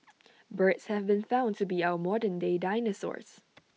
birds have been found to be our modern day dinosaurs